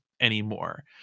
anymore